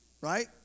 Right